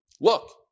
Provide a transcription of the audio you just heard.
Look